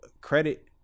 credit